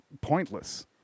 pointless